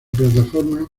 plataforma